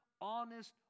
honest